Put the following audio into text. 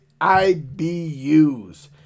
IBUs